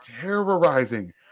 terrorizing